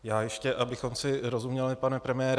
Já ještě, abychom si rozuměli, pane premiére.